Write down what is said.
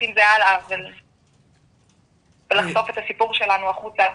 עם זה הלאה ולחשוף את הסיפור שלנו החוצה,